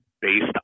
based